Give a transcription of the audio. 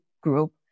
group